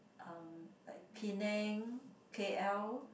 uh like Penang k_l